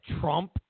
Trump